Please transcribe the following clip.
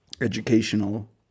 educational